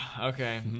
Okay